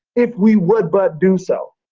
if we would but do so.